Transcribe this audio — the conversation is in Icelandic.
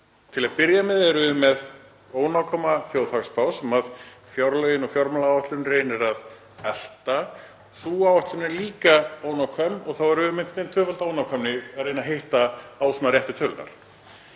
Til að byrja með erum við með ónákvæma þjóðhagsspá sem fjárlögin og fjármálaáætlunin reynir að elta. Sú áætlun er líka ónákvæm og þá erum við með tvöfaldri ónákvæmni að reyna að hitta á réttu tölurnar.